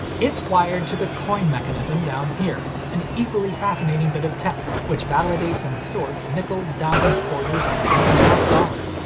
it's wired to the coin mechanism down here, an equally fascinating bit of tech, which validates and sorts nickels, dimes, quarters, and even half dollars,